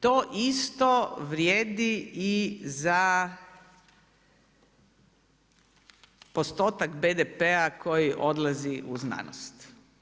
To isto vrijedi i za postotak BDP-a koji odlazi u znanost.